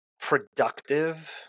Productive